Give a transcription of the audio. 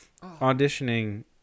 auditioning